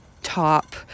top